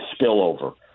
spillover